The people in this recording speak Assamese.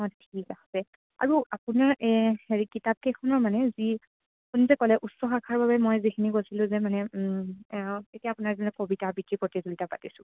অঁ ঠিক আছে আৰু আপোনাৰ হেৰি কিতাপকেইখনৰ মানে যি আপুনি যে ক'লে উচ্চ শাখাৰ বাবে মই যিখিনি কৈছিলোঁ যে মানে এতিয়া আপোনাৰ যেনে কবিতা আবৃত্তি প্ৰতিযোগিতা পাতিছোঁ